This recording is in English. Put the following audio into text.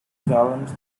columns